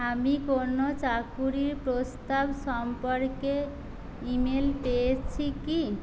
আমি কোনও চাকুরির প্রস্তাব সম্পর্কে ইমেল পেয়েছি কি